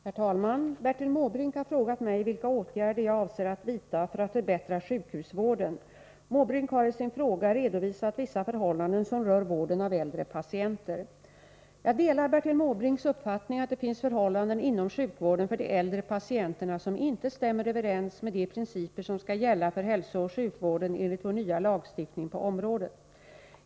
Herr talman! Bertil Måbrink har frågat mig vilka åtgärder jag avser att vidta för att förbättra sjukhusvården. Måbrink har i sin fråga redovisat vissa förhållanden som rör vården av äldre patienter. Jag delar Bertil Måbrinks uppfattning att det finns förhållanden inom sjukvården för de äldre patienterna som inte stämmer överens med de principer som skall gälla för hälsooch sjukvården enligt vår nya lagstiftning på området.